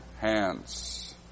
hands